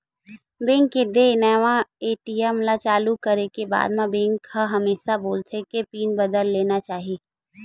bank के देय नवा ए.टी.एम ल चालू करे के बाद म बेंक ह हमेसा बोलथे के पिन बदल लेना चाही